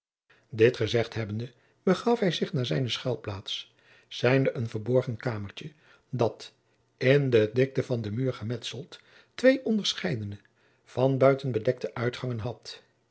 dit gezegd hebbende begaf hij zich naar zijne schuilplaats zijnde een verborgen kamertje dat in de dikte van den muur gemetseld twee onderscheidene van buiten bedekte uitgangen had